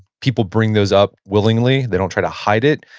people bring those up willingly. they don't try to hide it.